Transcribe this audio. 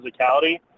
physicality